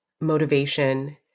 motivation